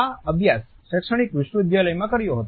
આ અભ્યાસ શૈક્ષણિક વિશ્વવિદ્યાલયમાં કર્યો હતો